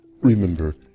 Remember